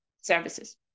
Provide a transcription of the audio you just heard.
services